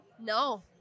No